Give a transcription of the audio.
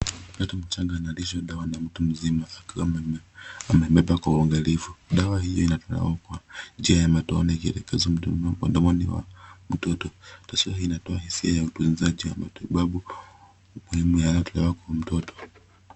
Mtoto mchanga analishwa dawa na mtu mzima akiwa amembeba kwa uangalifu. Dawa hii inawekwa njia ya matone, ikielekezwa mdomoni wa mtoto. Taswira hii inatoa hisia ya utunzaji ya matibabu muhimu yaliyowekwa kwa mtoto.